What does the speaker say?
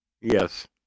Yes